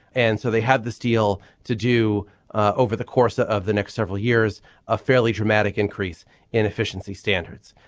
and so they had this deal to do ah over the course ah of the next several years a fairly dramatic increase in efficiency standards.